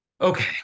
Okay